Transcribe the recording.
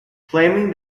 claiming